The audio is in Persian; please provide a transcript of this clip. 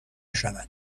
شود